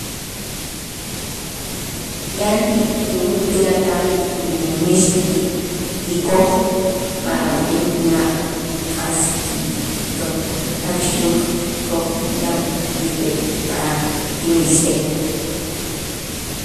Yan ti ti ul tulakal mix ti ki- kikoj ma' a' b'en ma' k'as ti jach luk' kikoj yan b'el kika'aj kimiistej.